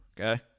okay